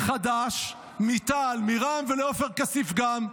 מחד"ש, מתע"ל, מרע"ם, ולעופר כסיף גם.